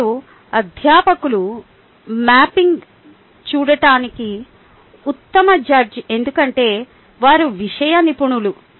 మరియు అధ్యాపకులు మ్యాపింగ్ చూడటానికి ఉత్తమ జడ్జ్ ఎందుకంటే వారు విషయ నిపుణులు